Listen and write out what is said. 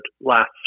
last